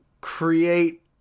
create